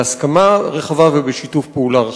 בהסכמה רחבה ובשיתוף פעולה רחב.